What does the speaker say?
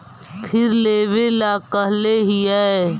फिर लेवेला कहले हियै?